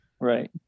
right